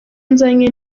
nzanye